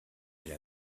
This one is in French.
elle